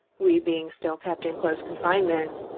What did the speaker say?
we being still kept in close confinement,